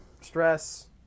stress